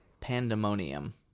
Pandemonium